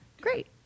Great